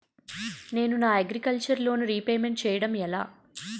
నేను నా agriculture loan repayment చేయడం ఎలా?